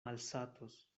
malsatos